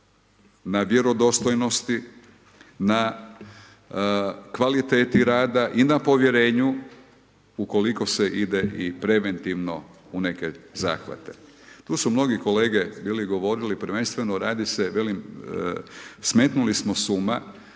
na vjerodostojnosti, na kvaliteti rada i na povjerenju ukoliko se ide i preventivno u neke zahvate. Tu su mnogi kolege bili govorili prvenstveno radi se, velim smetnuli smo s uma